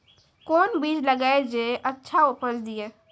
कोंन बीज लगैय जे अच्छा उपज दिये?